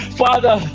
father